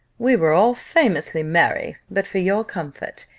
we were all famously merry but for your comfort,